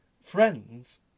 friends